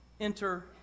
enter